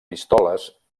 pistoles